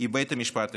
הוא בית המשפט העליון.